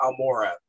Almora